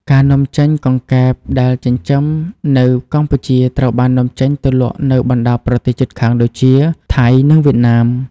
ការនាំចេញ កង្កែបដែលចិញ្ចឹមនៅកម្ពុជាត្រូវបាននាំចេញទៅលក់នៅបណ្ដាប្រទេសជិតខាងដូចជា ថៃ និងវៀតណាម។